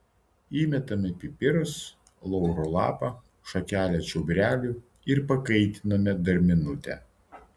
įmetame pipirus lauro lapą šakelę čiobrelių ir pakaitiname dar minutę